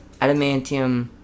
Adamantium